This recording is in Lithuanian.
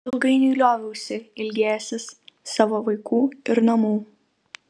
ilgainiui lioviausi ilgėjęsis savo vaikų ir namų